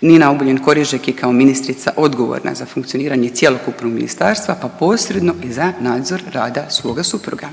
Nina Obuljen Korižek je kao ministrica odgovorna za funkcioniranje cjelokupnog ministarstva, pa posredno i za nadzor rada svoga supruga.